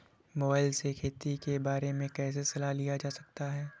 Mobile से खेती के बारे कैसे सलाह लिया जा सकता है?